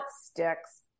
sticks